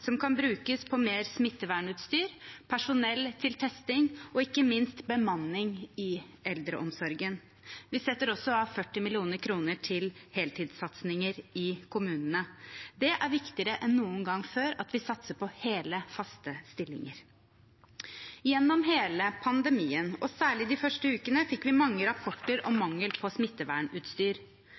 som kan brukes på mer smittevernutstyr, personell til testing og ikke minst bemanning i eldreomsorgen. Vi setter også av 40 mill. kr til heltidssatsinger i kommunene. Det er viktigere enn noen gang før at vi satser på hele, faste stillinger. Gjennom hele pandemien, og særlig i de første ukene, fikk vi mange rapporter om mangel på smittevernutstyr.